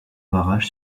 barrage